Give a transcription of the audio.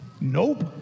Nope